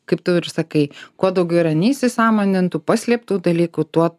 kaip tu ir sakai kuo daugiau yra neįsisąmonintų paslėptų dalykų tuo